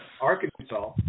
Arkansas